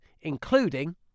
including